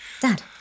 Dad